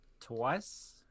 twice